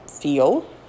feel